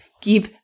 give